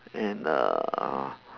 and uh